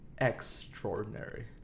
extraordinary